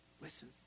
Listen